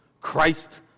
Christ